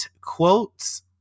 quotes